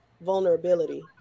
Vulnerability